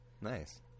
nice